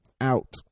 out